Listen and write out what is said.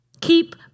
Keep